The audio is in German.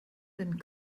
wenn